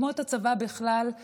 כמו את הצבא בכלל,